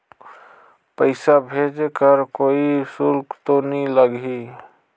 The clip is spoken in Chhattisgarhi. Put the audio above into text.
पइसा भेज कर कोई शुल्क तो नी लगही?